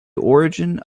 origin